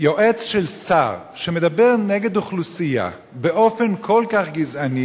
יועץ של שר שמדבר נגד אוכלוסייה באופן כל כך גזעני